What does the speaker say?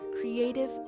creative